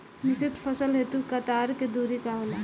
मिश्रित फसल हेतु कतार के दूरी का होला?